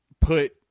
put